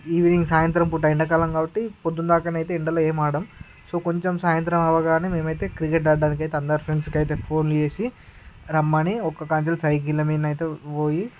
evening సాయంత్రం పూట ఎండాకాలం కాబట్టి పొద్దున దాకా అయితే ఎండలో ఏం ఆడం సో కొంచెం సాయంత్రం అవగానే మేమైతే క్రికెట్ ఆడడానికి అందరు ఫ్రెండ్స్ కు అయితే ఫోన్ లు చేసి రమ్మని ఒక కాన్సుల్ సైకిల్ మీదైతే పోయి